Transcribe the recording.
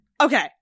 okay